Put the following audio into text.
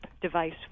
device